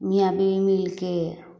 मियाँ बीबी मिलि कऽ